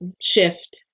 shift